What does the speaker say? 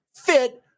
fit